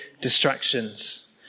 distractions